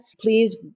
please